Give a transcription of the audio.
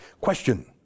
Question